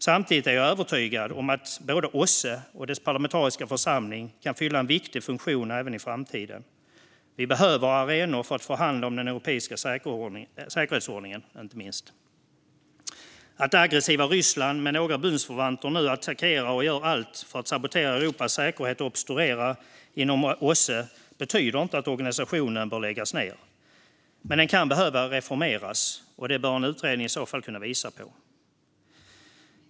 Samtidigt är jag övertygad om att både OSSE och dess parlamentariska församling kan fylla en viktig funktion även i framtiden. Vi behöver arenor för att förhandla, inte minst om den europeiska säkerhetsordningen. Att det aggressiva Ryssland med några bundsförvanter nu attackerar och gör allt för att sabotera Europas säkerhet och obstruera inom OSSE betyder inte att organisationen bör läggas ned. Men den kan behöva reformeras, och det bör en utredning i så fall kunna visa på.